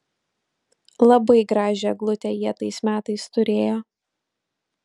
labai gražią eglutę jie tais metais turėjo